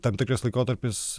tam tikras laikotarpis